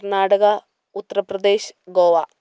Karnataka Uttar Pradesh Goa